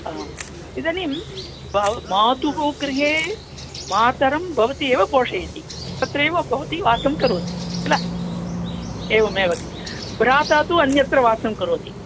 इदानीं ब मातुः गृहे मातरं भवती एव पोषयति तत्रैव भवती वासं करोति किल एवमेव किल भ्राता तु अन्यत्र वासं करोति